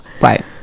Right